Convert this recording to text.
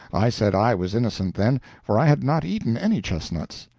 i said i was innocent, then, for i had not eaten any chestnuts.